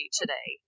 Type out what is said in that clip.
today